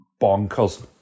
bonkers